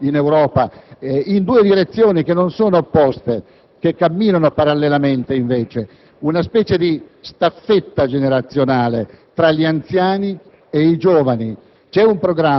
demografico che è in atto in Europa in due direzioni, che non sono opposte, ma camminano parallelamente: una specie di staffetta generazionale tra gli anziani